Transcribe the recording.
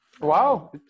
Wow